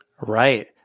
Right